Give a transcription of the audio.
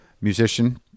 musician